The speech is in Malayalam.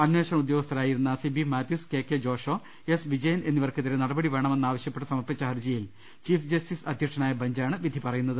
അന്വേഷണ ഉദ്യോഗസ്ഥരായിരുന്ന Siby Mathews K K Joshua S Vijayan എന്നിവർക്കെതിരെ നടപടി വേണ മെന്നാവശ്യപ്പെട്ട് സമർപ്പിച്ച ഹർജിയിൽ ചീഫ്റ് ജസ്റ്റിസ് അധ്യ ക്ഷനായ ബഞ്ചാണ് വിധി പറയുന്നത്